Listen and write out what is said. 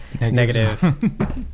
negative